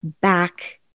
back